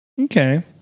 Okay